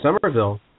Somerville